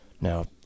Now